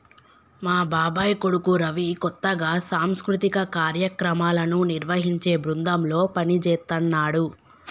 మా బాబాయ్ కొడుకు రవి కొత్తగా సాంస్కృతిక కార్యక్రమాలను నిర్వహించే బృందంలో పనిజేత్తన్నాడు